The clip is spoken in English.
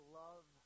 love